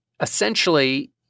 Essentially